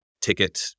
ticket